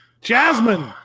Jasmine